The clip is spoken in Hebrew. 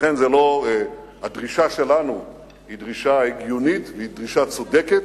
ולכן הדרישה שלנו היא דרישה הגיונית והיא דרישה צודקת,